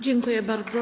Dziękuję bardzo.